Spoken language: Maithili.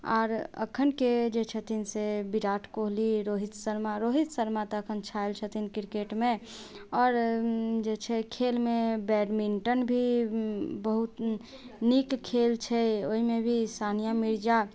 आर अखनके जे छथिन से विराट कोहली रोहित शर्मा रोहित शर्मा तऽ अखन छायल छथिन क्रिकेटमे आओर जे छै खेलमे बैडमिंटन भी बहुत नीक खेल छै ओहिमे भी सानिया मिर्जा